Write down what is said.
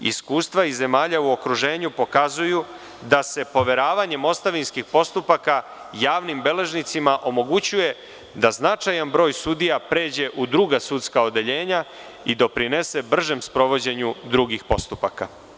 Iskustva iz zemlja u okruženju pokazuju da se poveravanjem ostavinskih postupaka javnim beležnicima omogućuje da značajan broj sudija pređe u druga sudska odeljenja i doprinese bržem sprovođenju drugih postupak.